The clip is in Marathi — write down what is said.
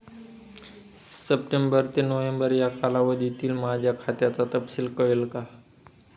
सप्टेंबर ते नोव्हेंबर या कालावधीतील माझ्या खात्याचा तपशील कळेल का?